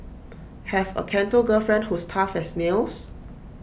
have A Canto girlfriend who's tough as nails